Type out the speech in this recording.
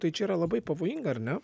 tai čia yra labai pavojinga ar ne